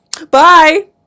Bye